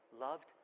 loved